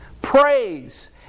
Praise